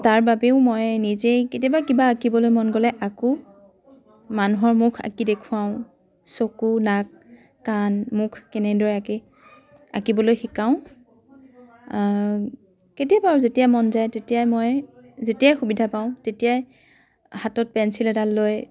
তাৰ বাবেও মই নিজেই কেতিয়াবা কিবা আঁকিবলৈ মন গ'লে আঁকো মানুহৰ মুখ আঁকি দেখুৱাওঁ চকু নাক কাণ মুখ কেনেদৰে আঁকে আঁকিবলৈ শিকাওঁ কেতিয়াবা আৰু যেতিয়াই মন যায় তেতিয়াই মই যেতিয়াই সুবিধা পাওঁ তেতিয়াই হাতত পেঞ্চিল এডাল লৈ